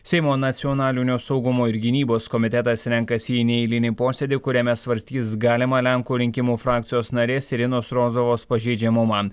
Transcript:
seimo nacionalinio saugumo ir gynybos komitetas renkasi į neeilinį posėdį kuriame svarstys galimą lenkų rinkimų frakcijos narės irinos rozovos pažeidžiamumą